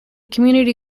community